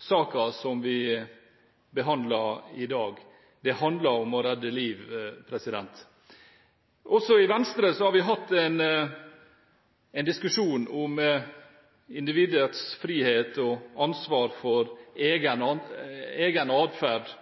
saken som vi behandler i dag. Det handler om å redde liv. Også i Venstre har vi hatt en diskusjon om individets frihet og ansvar for egen atferd,